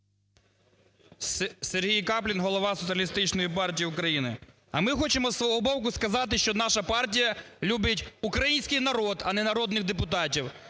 Соціалістичної партії України. А ми хочемо із свого боку сказати, що наша партія любить український народ, а не народних депутатів.